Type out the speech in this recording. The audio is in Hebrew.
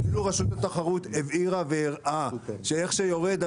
אפילו הרשות לתחרות הבהירה והראתה שאיך שיורדים